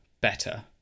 better